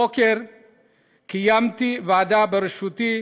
הבוקר קיימתי ועדה בראשותי